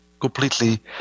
completely